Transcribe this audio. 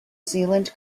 zealand